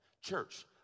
Church